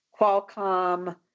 Qualcomm